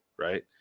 right